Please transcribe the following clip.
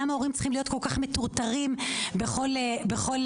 למה לטרטר את ההורים כול כך בתחום התרופות ובכל תחום?